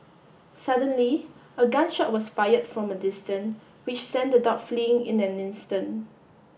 suddenly a gun shot was fired from a distance which sent the dog fleeing in an instant